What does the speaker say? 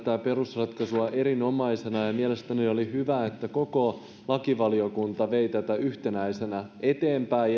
perusratkaisua erinomaisena ja mielestäni oli hyvä että koko lakivaliokunta vei tätä yhtenäisenä eteenpäin